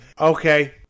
Okay